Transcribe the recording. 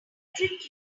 trick